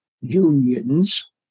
unions